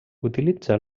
utilitza